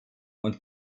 und